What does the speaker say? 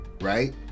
right